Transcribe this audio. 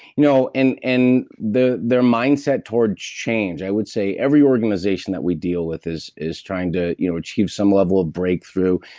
you know and and their mindset towards change, i would say every organization that we deal with is is trying to you know achieve some level of breakthrough.